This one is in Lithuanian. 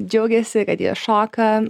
džiaugiasi kad jie šoka